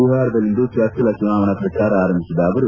ಬಿಹಾರದಲ್ಲಿಂದು ಡೊಚ್ಚಲ ಚುನಾವಣಾ ಪ್ರಚಾರ ಆರಂಭಿಸಿದ ಅವರು